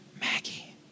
Maggie